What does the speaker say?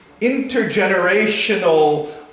intergenerational